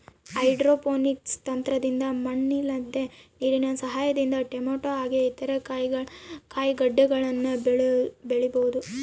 hydroponics ತಂತ್ರದಿಂದ ಮಣ್ಣಿಲ್ದೆ ನೀರಿನ ಸಹಾಯದಿಂದ ಟೊಮೇಟೊ ಹಾಗೆ ಇತರ ಕಾಯಿಗಡ್ಡೆಗಳನ್ನ ಬೆಳಿಬೊದು